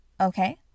Okay